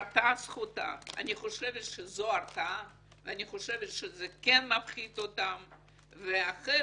הרתעה --- אני חושבת שזו הרתעה ואני חושבת שזה כן מפחיד אותם ואחרת,